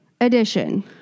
edition